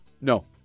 No